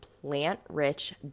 plant-rich